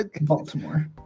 Baltimore